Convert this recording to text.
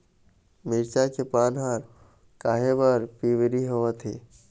मिरचा के पान हर काहे बर पिवरी होवथे?